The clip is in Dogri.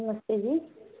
नमस्ते जी